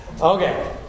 Okay